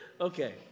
Okay